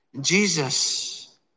Jesus